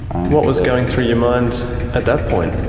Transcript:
what was going through your mind at that point?